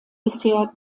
bisher